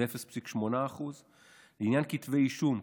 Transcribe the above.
שזה 0.8%. בעניין כתבי אישום,